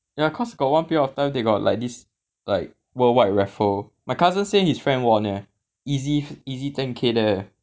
ya cause got one period of time they got like this like worldwide raffle my cousin said his friend won leh easy easy ten K there leh